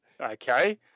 Okay